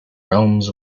realms